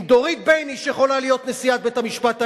אם דורית בייניש יכולה להיות נשיאת בית-המשפט העליון,